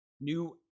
new